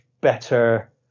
better